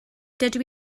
dydw